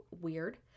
weird